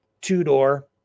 two-door